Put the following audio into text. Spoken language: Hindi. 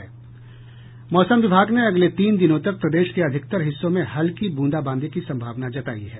मौसम विभाग ने अगले तीन दिनों तक प्रदेश के अधिकतर हिस्सों में हल्की ब्रंदाबांदी की संभावना जतायी है